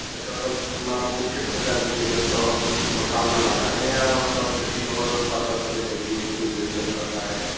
अच्छा तो मैं आपको किस प्रकार की चाहिए मतलब आप मकान बनाना है या मतलब किसी और पर्पस से चाहिए कोई बिज़नेस करना है